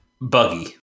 buggy